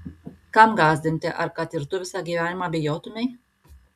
kam gąsdinti ar kad ir tu visą gyvenimą bijotumei